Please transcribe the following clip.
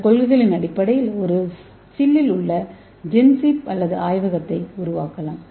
இந்த கொள்கைகளின் அடிப்படையில் ஒரு சில்லில் ஒரு ஜெனீசிப் அல்லது ஆய்வகத்தை உருவாக்கலாம்